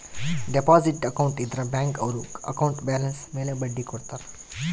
deposit account ಇದ್ರ bank ಅವ್ರು account balance ಮೇಲೆ ಬಡ್ಡಿ ಕೊಡ್ತಾರ